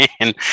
Man